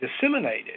disseminated